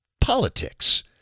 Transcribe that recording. Politics